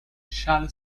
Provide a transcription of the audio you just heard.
shall